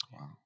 Wow